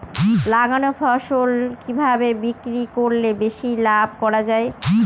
লাগানো ফসল কিভাবে বিক্রি করলে বেশি লাভ করা যায়?